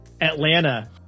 Atlanta